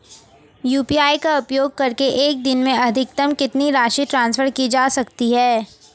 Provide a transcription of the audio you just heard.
UPI का उपयोग करके एक दिन में अधिकतम कितनी राशि ट्रांसफर की जा सकती है?